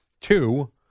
Two